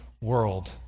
world